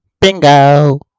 BINGO